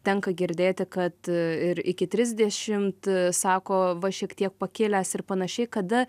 tenka girdėti kad ir iki trisdešimt sako va šiek tiek pakilęs ir panašiai kada